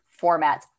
formats